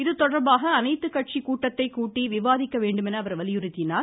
இதுதொடர்பாக அனைத்து கட்சி கூட்டத்தைக் கூட்டி விவாதிக்க வேண்டுமென அவர் வலியுறுத்தினார்